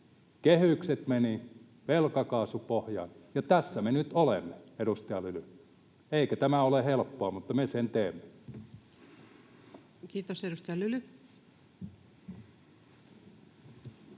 Kehykset meni, velkakaasu pohjaan, ja tässä me nyt olemme, edustaja Lyly. Eikä tämä ole helppoa, mutta me sen teemme. Kiitos. — Edustaja Lyly.